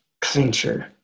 clincher